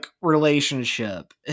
relationship